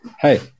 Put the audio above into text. Hey